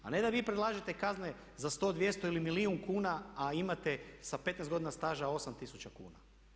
A ne da vi predlažete kazne za 100, 200 ili milijun kuna, a imate sa 15 godina staža 8000 kuna.